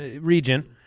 region